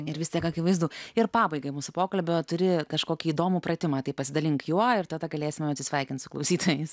ir vis tiek akivaizdu ir pabaigai mūsų pokalbio turi kažkokį įdomų pratimą tai pasidalink juo ir tada galėsim atsisveikint su klausytojais